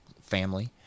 family